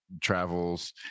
travels